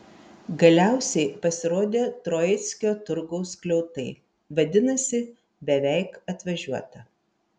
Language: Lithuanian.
galiausiai pasirodė troickio turgaus skliautai vadinasi beveik atvažiuota